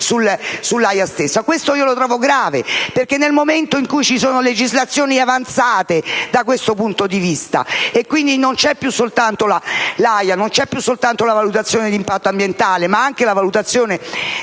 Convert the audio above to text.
questo lo trovo grave, perché nel momento in cui ci sono legislazioni avanzate da questo punto di vista (quindi non c'è più soltanto l'AIA, non c'è più soltanto la valutazione d'impatto ambientale, ma anche la valutazione d'impatto